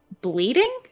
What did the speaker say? bleeding